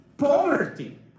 Poverty